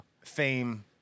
Fame